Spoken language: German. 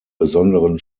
besonderen